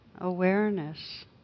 Awareness